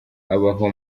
abaho